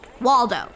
Waldo